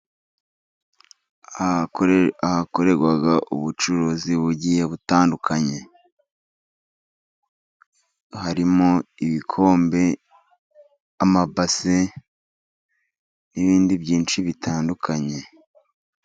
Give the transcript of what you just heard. Ahakorerwa ubucuruzi bugiye butandukanye, harimo ibikombe, amabase n'ibindi byinshi bitandukanye.